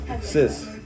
Sis